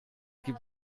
gibt